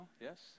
Yes